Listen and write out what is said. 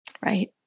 Right